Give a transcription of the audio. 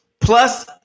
plus